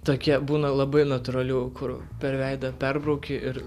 tokie būna labai natūralių kur per veidą perbrauki ir